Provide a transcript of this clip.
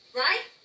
right